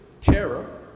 terror